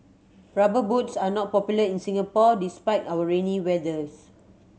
Rubber Boots are not popular in Singapore despite our rainy weathers